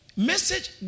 Message